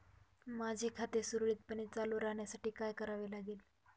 माझे खाते सुरळीतपणे चालू राहण्यासाठी काय करावे लागेल?